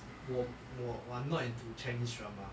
我我 I'm not into chinese drama